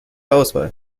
auswahl